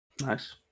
Nice